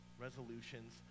resolutions